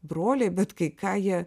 broliai bet kai ką jie